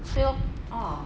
对 lor